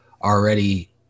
already